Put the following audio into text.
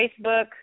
Facebook